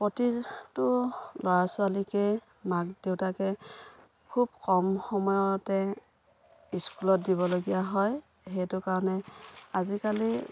প্ৰতিটো ল'ৰা ছোৱালীকেই মাক দেউতাকে খুব কম সময়তে স্কুলত দিবলগীয়া হয় সেইটো কাৰণে আজিকালি